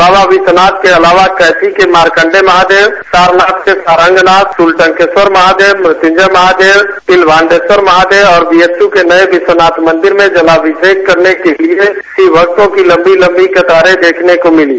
बाबा विश्वनाथ के अलावा कैथी के मार्कण्डेय महादेव सारनाथ के सारंग नाथ शूलटंकेश्वर महादेव मृत्यंजय महादेव तिलभाण्डेश्वर महादेव और बीएचयू के नये विश्वनाथ मंदिर में जलाभिषेक करने के लिये शिव भक्तों की लंबी लंबी कतारें देखने को मिली